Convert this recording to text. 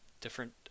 different